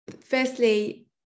firstly